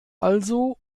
also